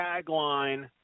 tagline